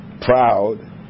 proud